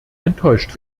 enttäuscht